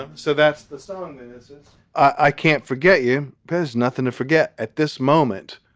ah so that's the song this is i can't forget you. there's nothing to forget at this moment.